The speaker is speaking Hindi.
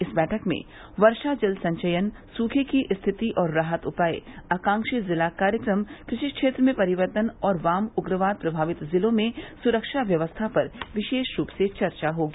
इस बैठक में वर्षा जल संचयन सुखे की स्थितिऔर राहत उपाय आकांक्षी जिला कार्यक्रम कृषि क्षेत्र में परिवर्तन और वाम उग्रवाद प्रभावित जिलों में सुरक्षा व्यवस्था पर विशेष रूप से चर्चा होगी